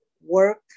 work